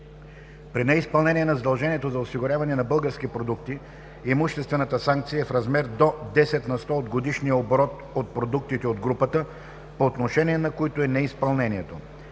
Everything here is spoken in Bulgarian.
При неизпълнение на задължението за осигуряване на български продукти имуществената санкция е в размер до 10 на сто от годишния оборот от продуктите от групата, по отношение на които е неизпълнението.